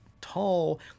tall